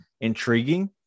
intriguing